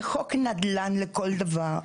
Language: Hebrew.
זה חוק נדל"ן לכל דבר,